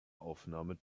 aufnahme